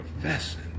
professing